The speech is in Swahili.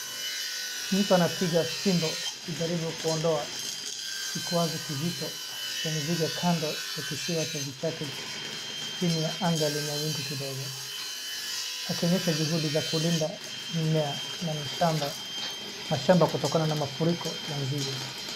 Mtu anapiga fimbo kujaribu kuondoa kikwazo kizito cha nzige kando ya kisiwa cha vichake chini ya anga lenye wingu kidogo. Akionyesha juhudi za kulinda mimea na mashamba kutokana na mafuriko ya nzige.